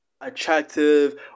attractive